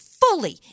fully